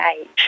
age